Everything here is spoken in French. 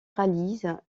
réalise